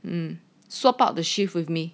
mm swap out the shift with me